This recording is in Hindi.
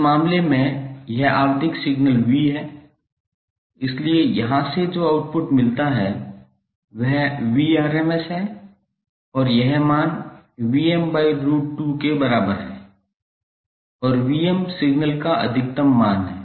इस मामले में यह आवधिक सिग्नल V है इसलिए यहाँ से जो आउटपुट मिलता है वह Vrms है और यह मान √2 के बराबर है और सिग्नल का अधिकतम मान है